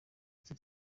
iki